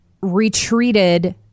retreated